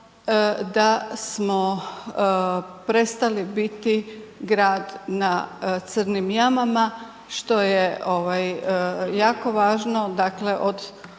da smo prestali biti grad na crnim jamama što je jako važno, dakle od